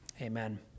amen